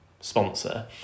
sponsor